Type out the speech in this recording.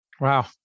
Wow